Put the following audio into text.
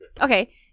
Okay